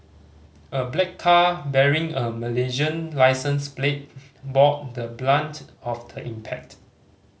a black car bearing a Malaysian licence plate bore the brunt of the impact